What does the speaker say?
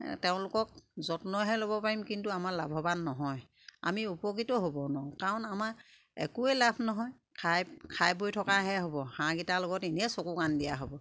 তেওঁলোকক যত্নহে ল'ব পাৰিম কিন্তু আমাৰ লাভৱান নহয় আমি উপকৃতও হ'ব নোৱাৰোঁ কাৰণ আমাৰ একোৱে লাভ নহয় খাই খাই বৈ থকাহে হ'ব হাঁহকেইটাৰ লগত এনেই চকু কাণ দিয়া হ'ব